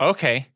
Okay